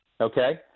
okay